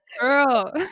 girl